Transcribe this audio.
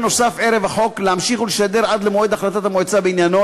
נוסף ערב החוק להמשיך ולשדר עד למועד החלטת המועצה בעניינו,